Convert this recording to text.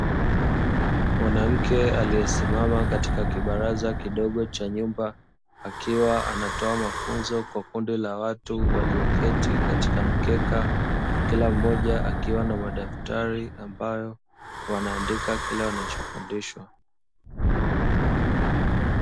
Mwanamke aliesimama katika kibaraza kidogo cha nyumba akiwa anatoa mafunzo kwa kundi la watu walioketi katika mkeka kila mmoja akiwa na madaftari ambayo wanaandika kila wanachofundishwa.